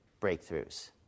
breakthroughs